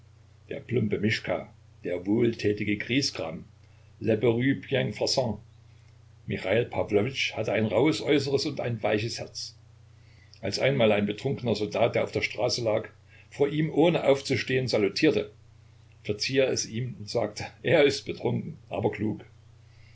der plumpe mischka der wohltätige griesgram le bourru bienfaisant michail pawlowitsch hatte ein rauhes äußeres und ein weiches herz als einmal ein betrunkener soldat der auf der straße lag vor ihm ohne aufzustehen salutierte verzieh er es ihm und sagte er ist betrunken aber klug